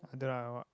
I don't know I what